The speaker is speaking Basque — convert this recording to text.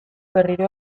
berriro